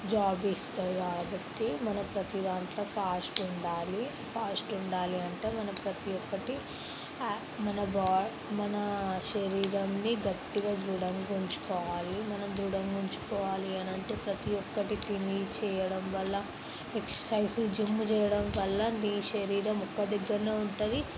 job ఇస్తాడు కాబట్టి మన ప్రతి దాంట్లో ఫాస్ట్ ఉండాలి ఫాస్ట్ ఉండాలి అంటే మనం ప్రతి ఒక్కటి ఆక్టివ్ మన బాడి మన శరీరాన్ని గట్టిగా దృఢంగా ఉంచుకోవాలి మనం దృఢంగా ఉంచుకోవాలి అని అంటే ప్రతి ఒక్కటి జిమ్ చేయడం వల్ల ఎక్సైజ్ జిమ్ చేయడం వల్ల మీ శరీరం ఒక్క దగ్గరనే ఉంటుంది